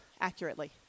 accurately